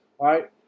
right